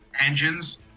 engines